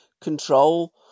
control